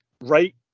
right